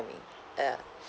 uh